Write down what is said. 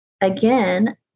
Again